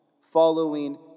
following